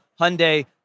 Hyundai